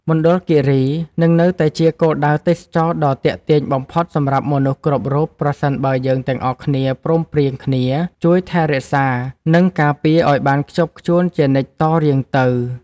មណ្ឌលគីរីនឹងនៅតែជាគោលដៅទេសចរណ៍ដ៏ទាក់ទាញបំផុតសម្រាប់មនុស្សគ្រប់រូបប្រសិនបើយើងទាំងអស់គ្នាព្រមព្រៀងគ្នាជួយគ្នាថែរក្សា និង ការពារឱ្យបានខ្ជាប់ខ្ជួនជានិច្ចតរៀងទៅ។